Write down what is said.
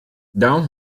down